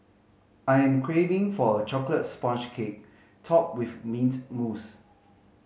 I am craving for a chocolate sponge cake topped with mint mousse